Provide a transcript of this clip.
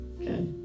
Okay